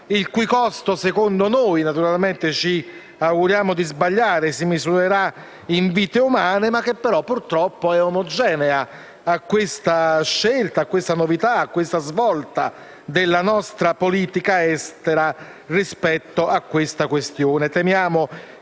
il cui costo, secondo noi - naturalmente, ci auguriamo di sbagliare - si misurerà in vite umane, ma che purtroppo è omogenea alla novità della svolta della nostra politica estera rispetto a questa questione.